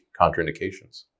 contraindications